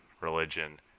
religion